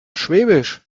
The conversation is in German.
schwäbisch